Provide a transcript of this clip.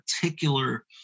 particular